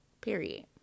Period